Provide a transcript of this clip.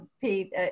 Pete